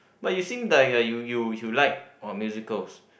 but you seem like like you you you like or musicals